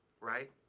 right